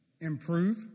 improve